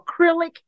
acrylic